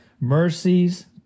Mercies